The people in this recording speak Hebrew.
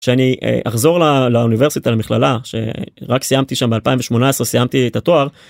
שאני אחזור ל... לאוניברסיטה, למכללה, שרק סיימתי שם, ב-2018 סיימתי את התואר.